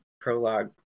prologue